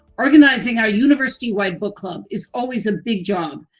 organizing our university wide book club is always a big job,